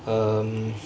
um